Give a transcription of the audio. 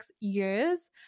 years